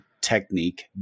technique